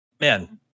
Man